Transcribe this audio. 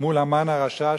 מול המן הרשע,